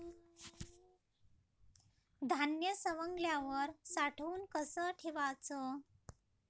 धान्य सवंगल्यावर साठवून कस ठेवाच?